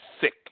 sick